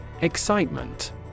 Excitement